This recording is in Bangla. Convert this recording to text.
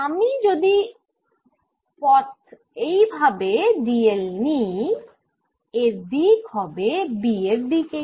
আমি যদি পথে এই ভাবে dl নিই এর দিক হবে B এর দিকেই